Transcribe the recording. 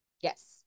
Yes